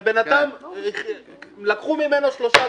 ובינתיים לקחו ממנו שלושה דונם.